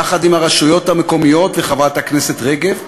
יחד עם הרשויות המקומיות וחברת הכנסת רגב,